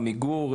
עמיגור,